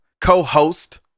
co-host